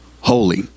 holy